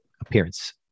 appearance